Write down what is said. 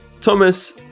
Thomas